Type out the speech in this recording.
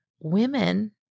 women